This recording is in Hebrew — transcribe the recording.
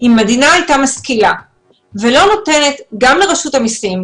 שאם המדינה הייתה משכילה ולא נותנת גם לרשות המסים,